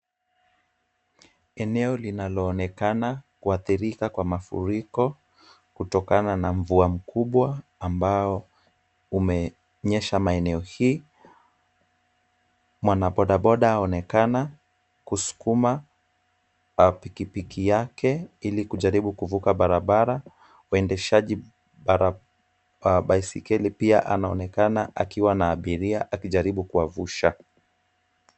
Eneo linaloonekana kuathirika kwa mafuriko kutokana na mvua kubwa ambayo imenyesha maeneo hii. Mwanabodaboda anaonekana kusukuma pikipiki yake ili kujaribu kuvuka barabara, mwendeshaji baiskeli pia anaonekana akiwa na abiria akijaribu kuwavusha.